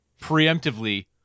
Preemptively